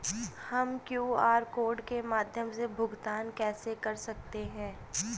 हम QR code के माध्यम से भुगतान कैसे कर सकते हैं?